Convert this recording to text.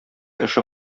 эше